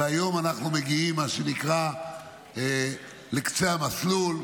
והיום אנחנו מגיעים מה שנקרא לקצה המסלול,